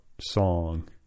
song